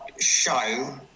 show